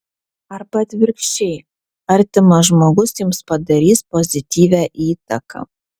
arba atvirkščiai artimas žmogus jums padarys pozityvią įtaką